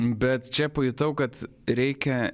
bet čia pajutau kad reikia